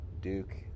Duke